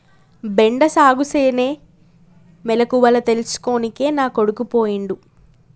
బెండ సాగుసేనే మెలకువల తెల్సుకోనికే నా కొడుకు పోయిండు